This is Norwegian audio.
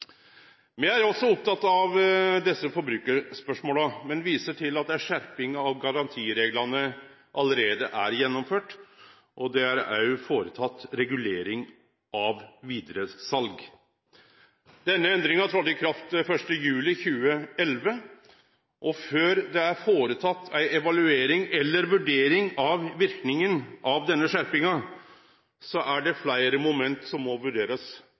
Me er også opptatt av desse forbrukarspørsmåla, men viser til at ei skjerping av garantireglane allereie er gjennomført, og det er òg føretatt regulering av vidaresal. Denne endringa trådde i kraft 1. juli 2011, og før det er føretatt ei evaluering eller ei vurdering av verknaden av denne skjerpinga, er det fleire moment som må vurderast